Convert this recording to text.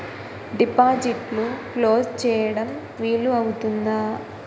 డిపాజిట్లు క్లోజ్ చేయడం వీలు అవుతుందా?